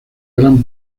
gran